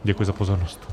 Děkuji za pozornost.